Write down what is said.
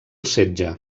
setge